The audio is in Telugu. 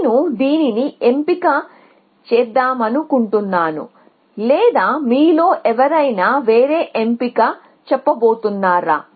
నేను దీనిని ఎంపిక చేద్దామను కుంటున్నాను లేదా మీలో ఎవరైనా వేరే ఎంపిక చెప్పబోతున్నారా